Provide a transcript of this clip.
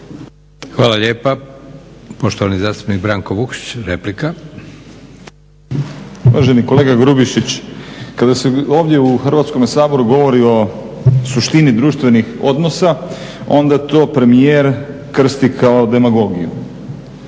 (Hrvatski laburisti - Stranka rada)** Uvaženi kolega Grubišić kada se ovdje u Hrvatskome saboru govori o suštini društvenih odnosa onda to premijer krsti kao demagogiju.